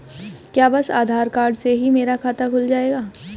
क्या बस आधार कार्ड से ही मेरा खाता खुल जाएगा?